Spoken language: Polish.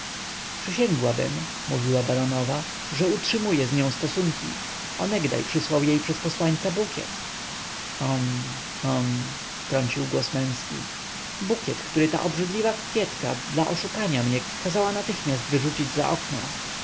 przysięgłabym mówiła baronowa że utrzymuje z nią stosunki onegdaj przysłał jej przez posłańca bukiet hum hum wtrącił głos męski bukiet który ta obrzydliwa kokietka dla oszukania mnie kazała natychmiast wyrzucić za okno